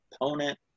opponent